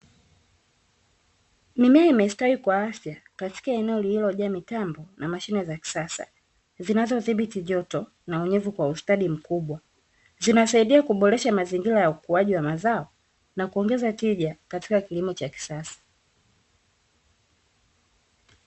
Mimea imestawi kwa afya katika eneo lililojaa mitambo na mashine za kisasa zinazodhibiti joto na unyevu kwa ustadi mkubwa, zinasaidia kuboresha mazingira ya ukuaji wa mazao na kuongeza tija katika kilimo cha kisasa .